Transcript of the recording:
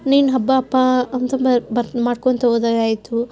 ಇನ್ನೇನು ಹಬ್ಬ ಅಪ್ಪ ಅಂತ ಅಂದ್ರೆ ಬ್ ಮಾಡ್ಕೊಳ್ತ ಹೋದಾಗೆ ಆಯಿತು